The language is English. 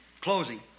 closing